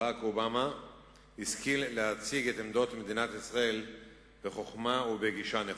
ברק אובמה השכיל להציג את עמדות מדינת ישראל בחוכמה ובגישה הנכונה.